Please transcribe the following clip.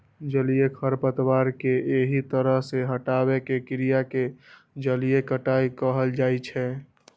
जलीय खरपतवार कें एहि तरह सं हटाबै के क्रिया कें जलीय कटाइ कहल जाइ छै